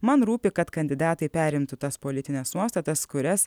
man rūpi kad kandidatai perimtų tas politines nuostatas kurias